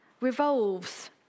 revolves